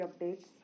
updates